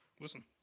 listen